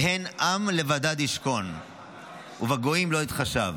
"הן עם לבדד ישכון ובגויים לא יתחשב".